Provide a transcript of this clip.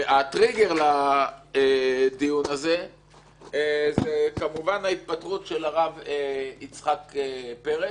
הטריגר לדיון הזה זה כמובן ההתפטרות של הרב יצחק פרץ,